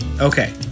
Okay